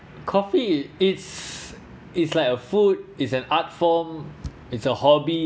coffee it's it's like a food is an art form it's a hobby